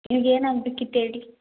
ನಿಮ್ಗೇನು ಆಗಬೇಕಿತ್ತು ಹೇಳಿ